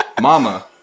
Mama